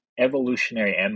evolutionary